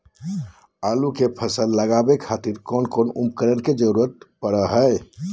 आलू के फसल लगावे खातिर कौन कौन उपकरण के जरूरत पढ़ो हाय?